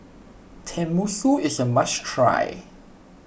Tenmusu is a must try